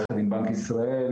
ויעניקו שרות לעמותה,